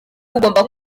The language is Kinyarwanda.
ugomba